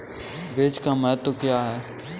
बीज का महत्व क्या है?